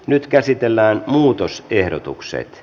nyt käsitellään muutosehdotukset